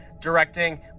directing